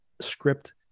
script